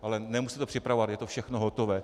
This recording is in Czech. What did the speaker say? Ale nemusíte to připravovat, je to všechno hotové.